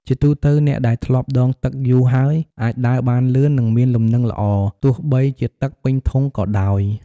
ជាទូទៅ អ្នកដែលធ្លាប់ដងទឹកយូរហើយ អាចដើរបានលឿន និងមានលំនឹងល្អ ទោះបីជាទឹកពេញធុងក៏ដោយ។